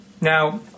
Now